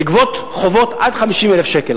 לגבות חובות עד 50,000 שקל.